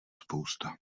spousta